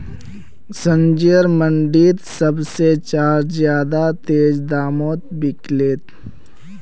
संजयर मंडी त सब से चार ज्यादा तेज़ दामोंत बिकल्ये